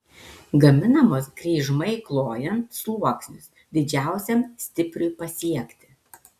gaminamos kryžmai klojant sluoksnius didžiausiam stipriui pasiekti